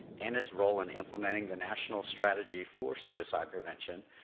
and its role in implementing the national strategy for suicide prevention,